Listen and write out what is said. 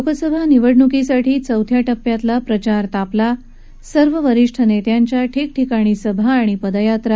लोकसभा निवडणुकीसाठी चौथ्या टप्प्यातला प्रचार तापला सर्व वरिष्ठ नख्यिंच्या ठिकठिकाणी सभा आणि पदयात्रा